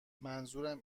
منظورم